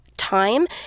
Time